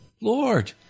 Lord